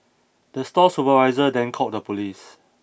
the store supervisor then called the police